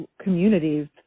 communities